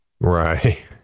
Right